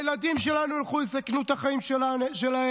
הילדים שלנו ילכו ויסכנו את החיים שלהם,